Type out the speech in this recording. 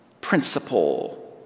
principle